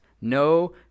no